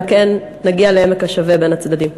אלא כן נגיע לעמק השווה בין הצדדים.